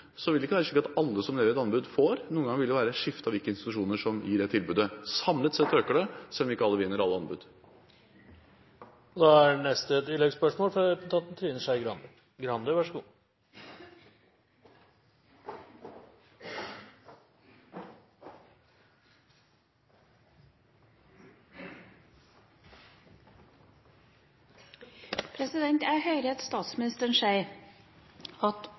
vil det ikke være slik at alle som leverer et anbud, får. Noen ganger vil det være et skifte av hvilke institusjoner som gir det tilbudet. Samlet sett øker det, selv om ikke alle vinner alle anbud.